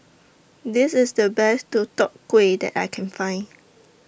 This IS The Best Deodeok Gui that I Can Find